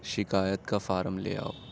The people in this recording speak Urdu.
شکایت کا فارم لے آؤ